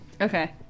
Okay